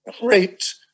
great